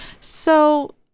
So-